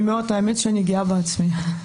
והאמת שאני גאה בעצמי.